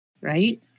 right